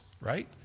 right